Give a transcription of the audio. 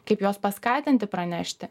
kaip juos paskatinti pranešti